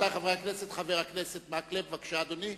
חבר הכנסת מקלב, בבקשה, אדוני.